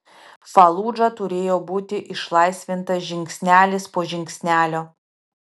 faludža turėjo būti išlaisvinta žingsnelis po žingsnelio